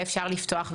ואפשר לפתוח?